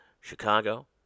Chicago